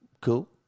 Cool